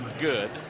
good